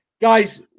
Guys